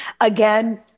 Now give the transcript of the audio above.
again